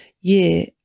year